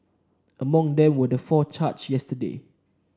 among them were the four charged yesterday